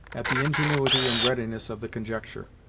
at the ingenuity and readiness of the conjecture.